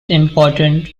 important